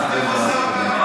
זה מה שאתם עושים.